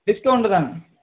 discount தாங்க